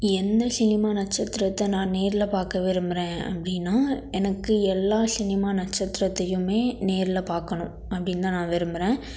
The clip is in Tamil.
எந்த சினிமா நட்சத்திரத்தை நான் நேரில் பார்க்க விரும்புகிறேன் அப்படின்னா எனக்கு எல்லா சினிமா நட்சத்திரத்தையுமே நேரில் பார்க்கணும் அப்படின்னு தான் நான் விரும்புகிறேன்